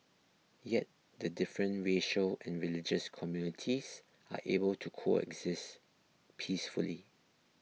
yet the different racial and religious communities are able to coexist peacefully